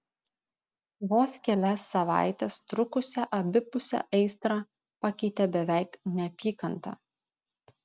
vos kelias savaites trukusią abipusę aistrą pakeitė beveik neapykanta